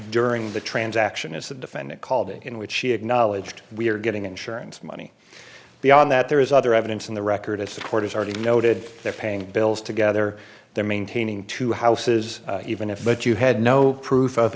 during the transaction is the defendant called in which she acknowledged we are getting insurance money beyond that there is other evidence in the record as the court has already noted they're paying bills together they're maintaining two houses even if but you had no proof of